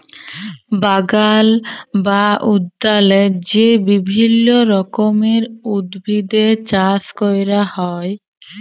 বাগাল বা উদ্যালে যে বিভিল্য রকমের উদ্ভিদের চাস ক্যরা হ্যয়